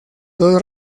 dos